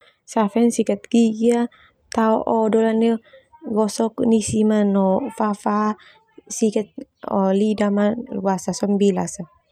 Safe heni sikat gigi tao odol gosok nisi no fafa sika o lida ma basa sona bilas.